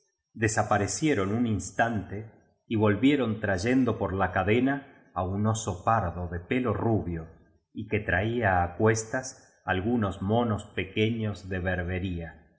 desaparecieron un instaute y volvieron tra yendo por la cadena á un oso pardo de pelo rubio y que traía á cuestas algunos monos pequeños de berbería el